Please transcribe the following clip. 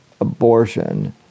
abortion